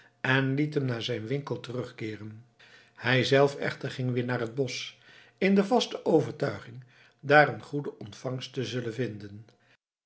en liet hem naar zijn winkel terugkeeren hij zelf echter ging weer naar het bosch in de vaste overtuiging daar een goede ontvangst te zullen vinden